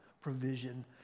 provision